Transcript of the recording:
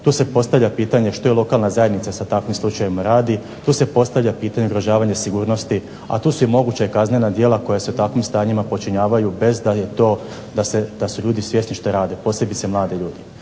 Tu se postavlja pitanje što lokalna zajednica sa takvim slučajevima radi, tu se postavlja pitanje ugrožavanja sigurnosti, a tu su i moguća kaznena djela koja se u takvim stanjima počinjavaju bez da su ljudi svjesni što rade, posebice mladi ljudi.